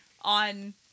on